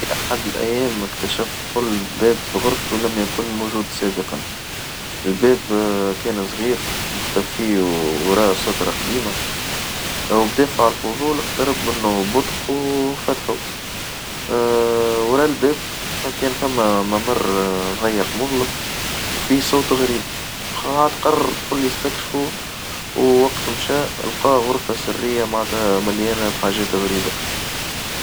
في أحد الأيام اكتشفت الباب بغرفته لم يكن موجود سابقًا الباب كان صغير مختفي وراء سترة قديمة وبدافع الفضول اقترب منه ببطئ وفتحه، ورا الباب فكان ثما ممر ضيق مظلم وفي صوت غريب هاد قرر الطفل يستكشفه ووقت مشاء لقاه غرفة سرية مليانة بحاجات غريبة.